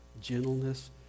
gentleness